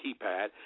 keypad